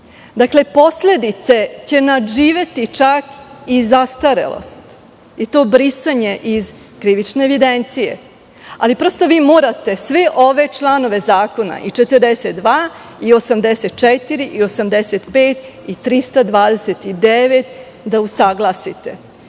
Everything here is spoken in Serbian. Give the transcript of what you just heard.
Posledice će nadživeti čak i zastarelost i to brisanje iz krivične evidencije. Ali, prosto, vi morate sve ove članove zakona: 42, 84, 85. i 329. da usaglasite.